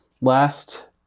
last